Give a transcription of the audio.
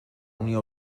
unió